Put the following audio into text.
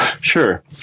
Sure